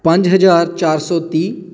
ਪੰਜ ਹਜ਼ਾਰ ਚਾਰ ਸੌ ਤੀਹ